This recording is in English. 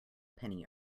penny